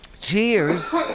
cheers